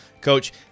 Coach